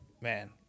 man